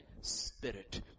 spirit